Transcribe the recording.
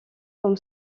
comme